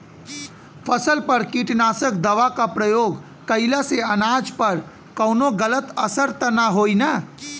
फसल पर कीटनाशक दवा क प्रयोग कइला से अनाज पर कवनो गलत असर त ना होई न?